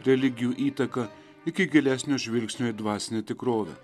religijų įtaka iki gilesnio žvilgsnio į dvasinę tikrovę